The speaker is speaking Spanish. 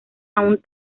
aún